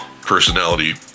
personality